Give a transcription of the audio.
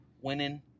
winning